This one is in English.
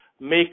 Make